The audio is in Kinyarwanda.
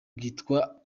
bwitwa